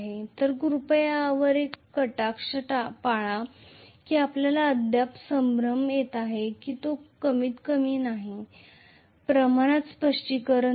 तर कृपया यावर एक कटाक्ष टाका की आपल्याला अद्याप संभ्रम येत असल्यास तो कमीतकमी काही प्रमाणात स्पष्टीकरण देईल